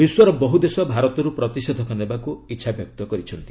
ବିଶ୍ୱର ବହୁ ଦେଶ ଭାରତରୁ ପ୍ରତିଷେଧକ ନେବାକୁ ଇଚ୍ଛାବ୍ୟକ୍ତ କରିଛନ୍ତି